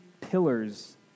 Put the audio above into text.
pillars